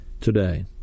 today